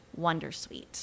wondersuite